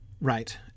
right